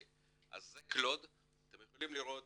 זה קלוד, אתם יכולים לראות